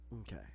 Okay